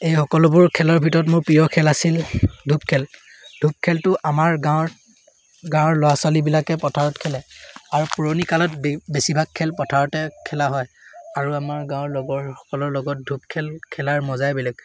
এই সকলোবোৰ খেলৰ ভিতৰত মোৰ প্ৰিয় খেল আছিল ধোপ খেল ধোপ খেলটো আমাৰ গাঁৱৰ গাঁৱৰ ল'ৰা ছোৱালীবিলাকে পথাৰত খেলে আৰু পুৰণিকালত বেছিভাগ খেলপথাৰতে খেলা হয় আৰু আমাৰ গাঁৱৰ লগৰ সকলৰ লগত ধোপ খেল খেলাৰ মজাই বেলেগ